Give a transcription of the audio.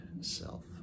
self